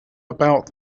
about